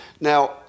Now